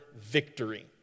victory